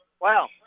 Wow